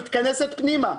מתכנסת פנימה,